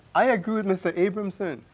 i agree with mr. abramson,